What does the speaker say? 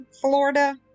Florida